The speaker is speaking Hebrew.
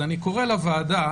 אז אני קורא לוועדה,